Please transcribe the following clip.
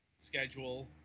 schedule